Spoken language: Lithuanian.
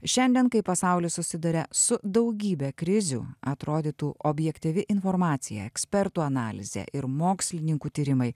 šiandien kai pasaulis susiduria su daugybe krizių atrodytų objektyvi informacija ekspertų analizė ir mokslininkų tyrimai